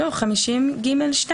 ו-50 זה